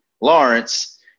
Lawrence